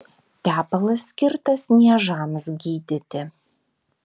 tepalas skirtas niežams gydyti